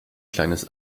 kleines